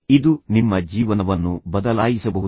ಇದು ನಿಮ್ಮ ಜೀವನವನ್ನು ಬದಲಾಯಿಸಬಹುದು